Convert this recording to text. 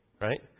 right